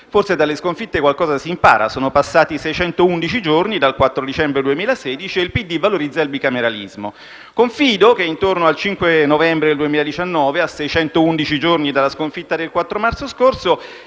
Forse dalle sconfitte qualcosa si impara: sono passati 611 giorni dal 4 dicembre 2016 e il PD valorizza il bicameralismo. Confido che intorno al 5 novembre 2019, a 611 giorni dalla sconfitta del 4 marzo scorso,